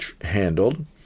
handled